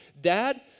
Dad